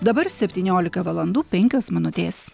dabar septyniolika valandų penkios minutės